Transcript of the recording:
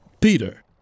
Peter